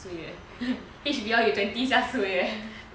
sia suay eh H_B_L you twenty sia suay eh